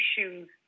issues